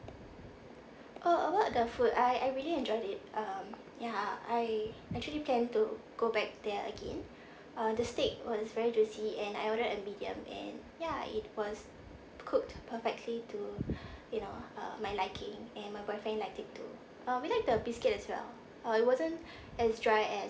oh about the food I I really enjoyed it um ya I actually planned to go back there again uh the steak was very juicy and I ordered a medium and ya it was cooked perfectly to you know uh my liking and my boyfriend liked it too uh we liked the biscuit as well it wasn't as dry as